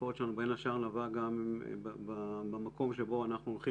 הביקורת שלנו בין השאר נבעה גם במקום שבו אנחנו הולכים